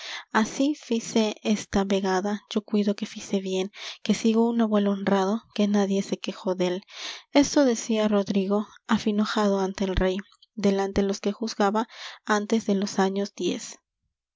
así fice esta vegada yo cuido que fice bien que sigo un abuelo honrado que nadie se quejó dél esto decía rodrigo afinojado ante el rey delante los que juzgaba antes de los años